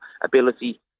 ability